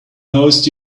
post